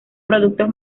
productos